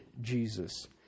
Jesus